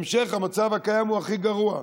המשך המצב הקיים הוא הכי גרוע.